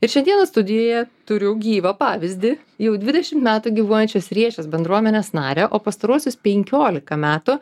ir šiandieną studijoje turiu gyvą pavyzdį jau dvidešim metų gyvuojančios riešės bendruomenės narę o pastaruosius penkiolika metų